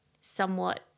somewhat